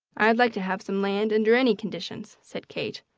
i'd like to have some land under any conditions, said kate,